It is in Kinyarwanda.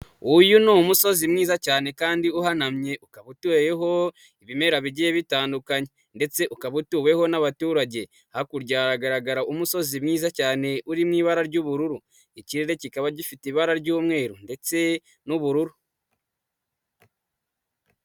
Uyu ni umusozi mwiza cyane kandi uhanamye, ukaba utuyeho ibimera bigiye bitandukanye ndetse ukaba utuweho n'abaturage, hakurya hagaragara umusozi mwiza cyane uri mu ibara ry'ubururu, ikirere kikaba gifite ibara ry'umweru ndetse n'ubururu.